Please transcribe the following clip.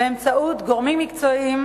באמצעות גורמים מקצועיים